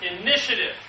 Initiative